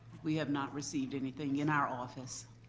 we have not received anything in our office.